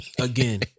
Again